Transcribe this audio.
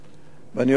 ואני אומר לכם: